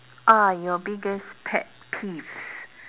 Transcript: are your biggest pet peeves